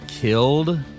Killed